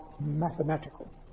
mathematical